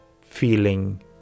feeling